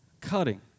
Cutting